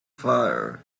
fire